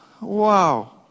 Wow